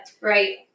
right